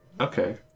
Okay